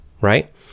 right